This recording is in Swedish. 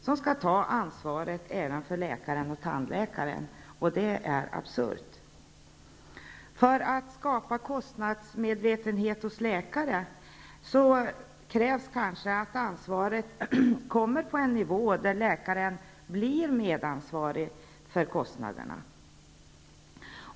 Patienten får ta ansvaret även för läkaren och tandläkaren, vilket är absurt. För att man skall kunna skapa kostnadsmedvetenhet hos läkaren krävs att ansvaret ligger på en nivå där läkaren är medansvarig för kostnaderna.